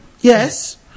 yes